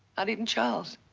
not even charles.